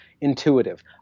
intuitive